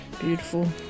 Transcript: Beautiful